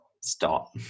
stop